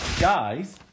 guys